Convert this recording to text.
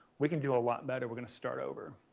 we can do a lot better. we're going to start over.